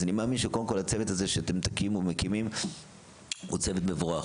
אז אני מאמין קודם כל שהצוות הזה שאתם מקימים הוא צוות מבורך,